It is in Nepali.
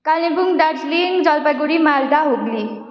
कालेबुङ दार्जिलिङ जलपाइगढी मालदा हुगली